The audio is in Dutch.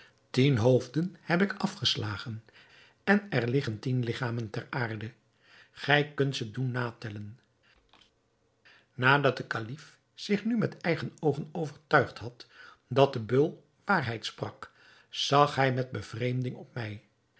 tien hoofden heb ik afgeslagen en er liggen tien ligchamen ter aarde gij kunt ze doen natellen nadat de kalif zich nu met eigen oogen overtuigd had dat de beul waarheid sprak zag hij met bevreemding op mij